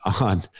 on